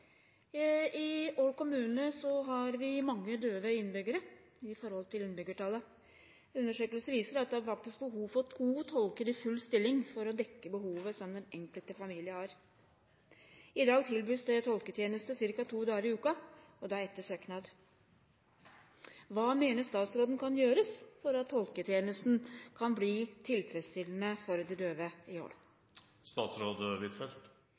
viser at det er behov for to tolker i full stilling for å dekke behovet som den enkelte familie har. I dag tilbys det tolketjeneste ca. to dager i uka og da etter søknad. Hva mener statsråden kan gjøres for at tolketjenesten kan bli tilfredsstillende for de døve i